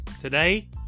today